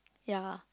ya